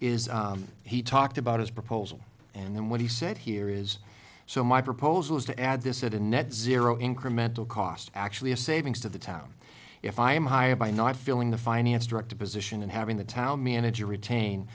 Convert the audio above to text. is he talked about his proposal and then what he said here is so my proposal is to add this at a net zero incremental cost actually a savings to the town if i am hired by not filling the finance director position and having the town manager retain